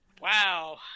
Wow